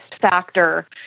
factor